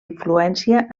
influència